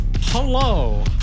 Hello